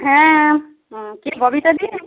হ্যাঁ কে ববিতাদি